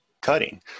cutting